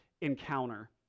encounter